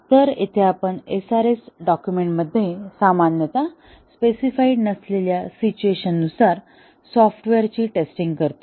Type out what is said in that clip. तर येथे आपण SRS डॉक्युमेंटमध्ये सामान्यतः स्पेसिफाइड नसलेल्या सिच्युएशन नुसार सॉफ्टवेअरची टेस्टिंग करतो